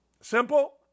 Simple